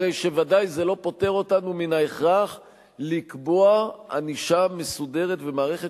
הרי שוודאי זה לא פוטר אותנו מן ההכרח לקבוע ענישה מסודרת ומערכת